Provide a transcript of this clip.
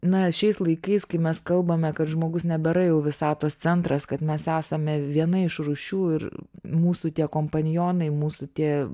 na šiais laikais kai mes kalbame kad žmogus nebėra jau visatos centras kad mes esame viena iš rūšių ir mūsų tiek kompanionai mūsų tie